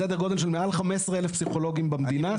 סדר גודל של מעל 15 אלף פסיכולוגים במדינה,